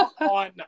on